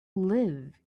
live